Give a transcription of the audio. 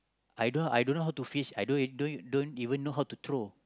I don't know I don't know how to face I don't don't don't even know how to throw